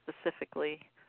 specifically